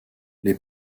les